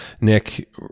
Nick